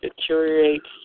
deteriorates